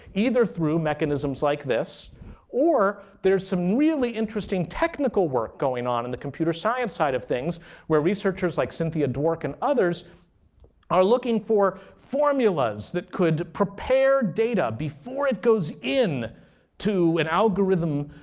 either through mechanisms like this or there's some really interesting technical work going on in the computer science side of things where researchers like cynthia dwork and others are looking for formulas that could prepare data before it goes in to an algorithm,